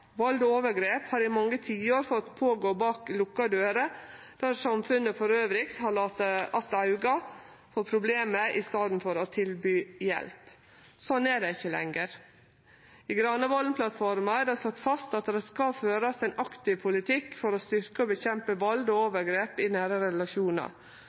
Vald og overgrep har i mange tiår fått gå føre seg bak lukka dører, der samfunnet elles har late att auga for problemet i staden for å tilby hjelp. Sånn er det ikkje lenger. I Granavolden-plattforma er det slått fast at det skal førast ein aktiv politikk for å styrkja kampen mot vald og overgrep i nære relasjonar.